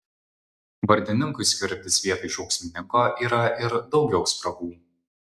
vardininkui skverbtis vietoj šauksmininko yra ir daugiau spragų